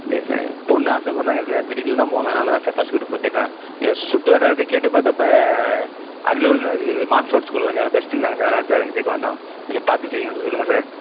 இல்லை சார் பொண்ணு ஆசைப்பட்றாங்க சார் மெடிக்கல் தான் போகணும்னு அதனால் தான் சார் ஃபஸ்ட் குரூப்பு கேட்டேன் இங்கே சுற்று வட்டாரத்தில் கேட்டு பார்த்தப்ப அரியலூரில் இது மான்ஸ்போட் ஸ்கூல் கொஞ்சம் பெஸ்ட்டுன்னாங்க சார் அதான் இங்கே கேட்க வந்தோம் கொஞ்சம் பார்த்து செய்யுங்க சொல்லுங்கள் சார்